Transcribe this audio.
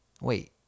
Wait